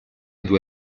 due